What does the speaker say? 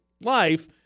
life